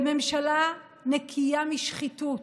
בממשלה נקייה משחיתות,